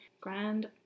Grand